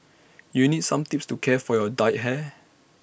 you need some tips to care for your dyed hair